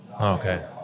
Okay